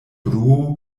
bruo